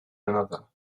another